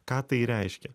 ką tai reiškia